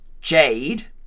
Jade